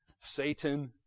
Satan